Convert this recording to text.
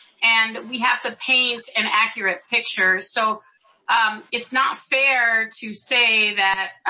and we have to paint an accurate picture. so it's not fair to say that.